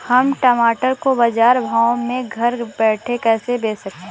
हम टमाटर को बाजार भाव में घर बैठे कैसे बेच सकते हैं?